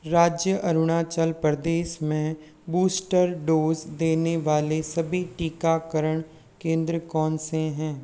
राज्य अरुणाचल प्रदेश में booster dose देने वाले सभी टीकाकरण केंद्र कौन से हैं